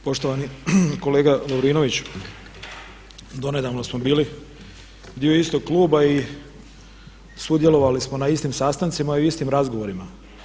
Poštovani kolega Lovrinoviću, donedavno smo bili dio istok kluba i sudjelovali smo na istim sastancima i u istim razgovorima.